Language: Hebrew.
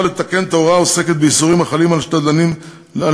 מוצע לתקן את ההוראה העוסקת באיסורים החלים על שתדלנים בכנסת,